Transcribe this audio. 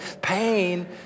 pain